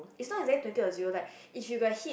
is not exactly twenty or zero like if you got hit